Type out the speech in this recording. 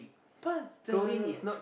but the